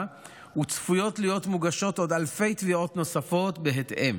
וצפויות להיות מוגשות עוד אלפי תביעות נוספות בהתאם,